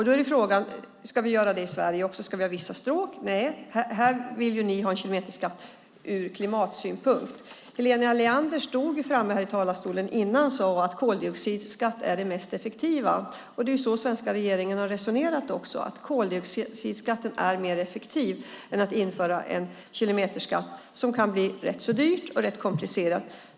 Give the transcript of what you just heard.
Då är frågan om vi ska göra så i Sverige också. Ska vi ha vissa stråk? Nej, här vill ni ha en kilometerskatt ur klimatsynpunkt. Helena Leander stod i talarstolen tidigare och sade att koldioxidskatt är det mest effektiva, och det är så den svenska regeringen också har resonerat: Koldioxidskatten är mer effektiv än att införa en kilometerskatt, vilket kan bli rätt dyrt och komplicerat.